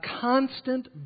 constant